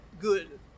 good